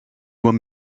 were